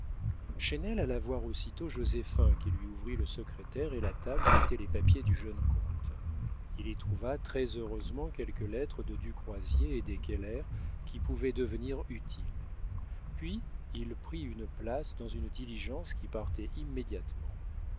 allant chesnel alla voir aussitôt joséphin qui lui ouvrit le secrétaire et la table où étaient les papiers du jeune comte il y trouva très-heureusement quelques lettres de du croisier et des keller qui pouvaient devenir utiles puis il prit une place dans une diligence qui partait immédiatement